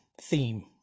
theme